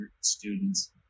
students